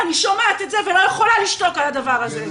אני שומעת את זה ולא יכולה לשתוק על הדבר הזה.